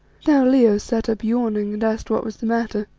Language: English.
now leo sat up yawning and asked what was the matter.